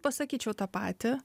pasakyčiau tą patį